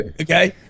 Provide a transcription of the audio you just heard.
Okay